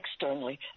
externally